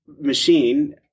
machine